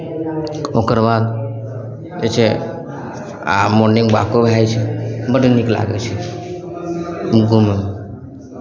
ओकरबाद जे छै आ मॉर्निंग वाको भए जाइ छै बड्ड नीक लागै छै ठण्ढीमे